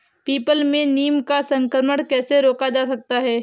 People में नीम का संकरण कैसे रोका जा सकता है?